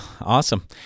awesome